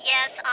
Yes